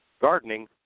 gardening